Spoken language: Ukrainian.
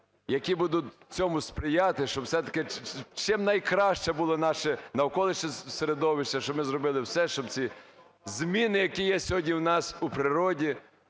які будуть цьому сприяти, щоб все-таким чим найкраще було наше навколишнє середовище, щоб ми зробили все, щоб ці зміни, які є сьогодні у нас у природі,